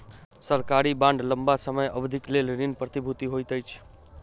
सरकारी बांड लम्बा समय अवधिक लेल ऋण प्रतिभूति होइत अछि